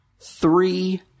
three